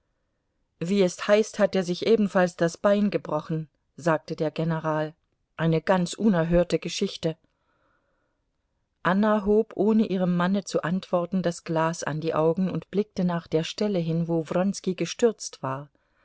wie es heißt hat er sich ebenfalls das bein gebrochen sagte der general eine ganz unerhörte geschichte anna hob ohne ihrem manne zu antworten das glas an die augen und blickte nach der stelle hin wo wronski gestürzt war